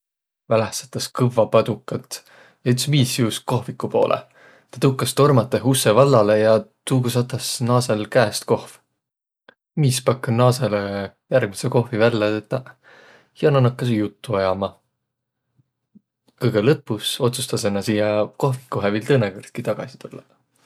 Väläh satas kõvva padukat. Üts miis juusk kohvigu poolõ, tõukas tormatõh ussõ vallalõ ja tuuga satas naasõl käest kohv. Miis pakk naasõlõ järgmädse kohvi vällä tetäq ja nä nakkasõq juttu ajama. Kõgõ lõpus otsustasõ nä siiäq kohvikuhe viil tõõnõkõrdki tagasi tullaq.